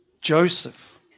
Joseph